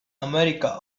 america